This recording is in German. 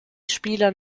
spieler